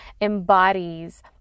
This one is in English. embodies